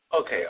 okay